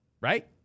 right